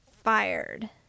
fired